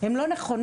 הן לא נכונות,